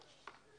שלום